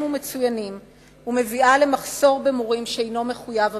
ומצוינים ומביאה למחסור במורים שאינו מחויב המציאות.